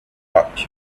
taught